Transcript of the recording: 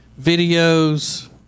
videos